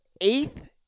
eighth